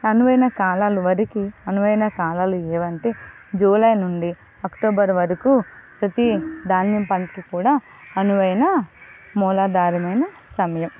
అనువైన కాలాలు వరికి అనువైన కాలలు ఏంటంటే జూలై నుండి అక్టోబర్ వరకు ప్రతి ధాన్యం పనికి కూడా అనువైన మూలధారమైన సమయం